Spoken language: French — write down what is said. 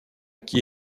qui